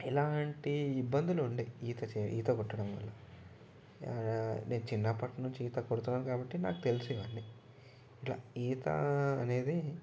ఎలాంటి ఇబ్బందిలుండయి ఈత చే ఈత కొట్టడం వల్ల నేను చిన్నప్పటినుంచి ఈత కొడుతున్నాను కాబట్టి నాకు తెలుసు ఇవన్నీ ఇట్లా ఈత అనేది